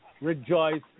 rejoice